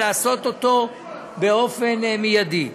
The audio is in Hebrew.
ולעשות אותו באופן מיידי.